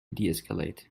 deescalate